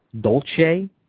Dolce